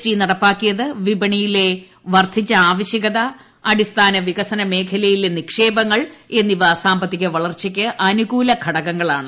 T നടപ്പാക്കിയത് വിപണിയിലെ വർദ്ധിച്ചു ആവശ്യകത അടിസ്ഥാന വികസന മേഖലയിലെ നിക്ഷേപങ്ങൾ എന്നിവ സാമ്പത്തിക വളർച്ചയ്ക്ക് അനുകൂല ഘടകങ്ങളാണ്